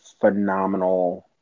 phenomenal